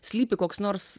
slypi koks nors